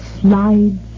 slides